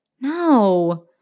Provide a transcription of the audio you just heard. No